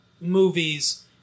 movies